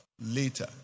later